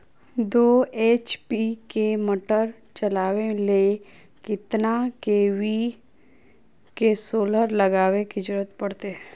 दो एच.पी के मोटर चलावे ले कितना के.वी के सोलर लगावे के जरूरत पड़ते?